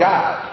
God